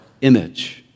image